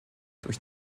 durch